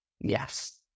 yes